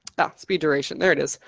speed duration, there it is.